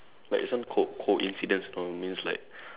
like is some co~ coincidence know means like